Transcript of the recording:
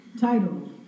title